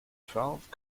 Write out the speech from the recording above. twelve